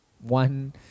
one